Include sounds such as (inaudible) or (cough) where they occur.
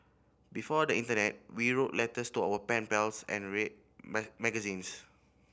before the internet we wrote letters to our pen pals and read (unintelligible) magazines